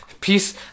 Peace